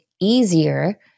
easier